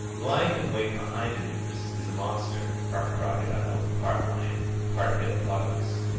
lying in wait behind anubis is a monster, part crocodile, part lion, part hippopotamus.